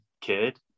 kid